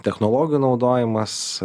technologijų naudojimas